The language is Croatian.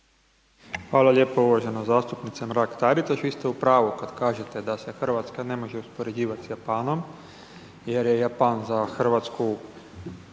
Hvala lijepo. Uvažena zastupnice Mrak Taritaš, vi ste u pravu kad kažete da se Hrvatska ne može uspoređivat sa Japanom jer je Japan za Hrvatsku